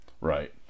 Right